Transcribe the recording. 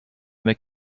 make